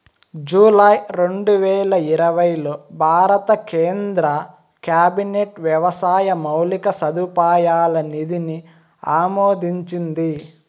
July రెండువేల ఇరవైలో భారత కేంద్ర క్యాబినెట్ వ్యవసాయ మౌలిక సదుపాయాల నిధిని ఆమోదించింది